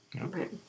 Right